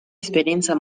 esperienza